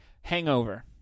Hangover